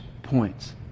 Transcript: points